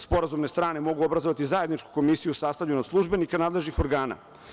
Sporazumne strane mogu obrazovati zajedničku komisiju sastavljenu od službenika nadležnih organa.